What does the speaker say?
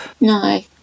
No